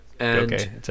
Okay